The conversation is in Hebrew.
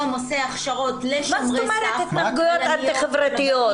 עושה הכשרות לשומרי סף- -- מה זאת אמרת התנהגויות אנטי חברתיות?